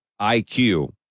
IQ